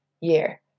year